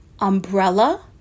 umbrella